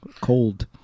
cold